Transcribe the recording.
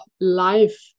life